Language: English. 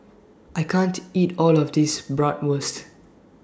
I can't eat All of This Bratwurst